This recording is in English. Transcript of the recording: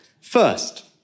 First